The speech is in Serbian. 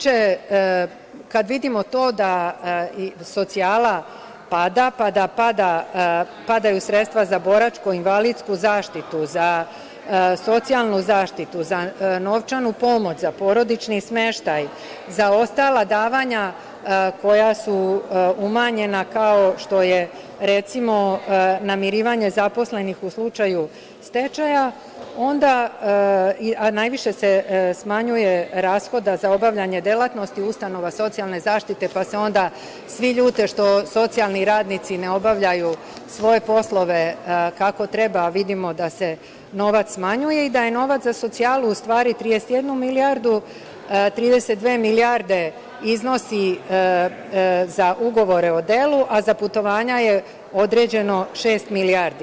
Kada vidimo to da socijala pada, pa da padaju sredstva za boračku i invalidsku zaštitu, za socijalnu zaštitu, za novčanu pomoć, za porodični smeštaj, za ostala davanja koja su umanjena, kao što je, recimo, namirivanje zaposlenih u slučaju stečaja, a najviše se smanjuje rashoda za obavljanje delatnosti ustanova socijalne zaštite, pa se onda svi ljute što socijalni radnici ne obavljaju svoje poslove kako treba, a vidimo da se novac smanjuje i da je novac za socijalu, u stvari, 31 milijardu, 32 milijarde iznosi za ugovore o delu, a za putovanja je određeno šest milijardi.